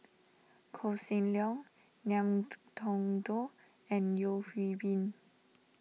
Koh Seng Leong Ngiam Tong Dow and Yeo Hwee Bin